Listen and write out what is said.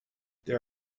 there